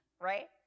right